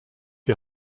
die